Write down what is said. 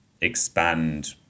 expand